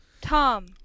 Tom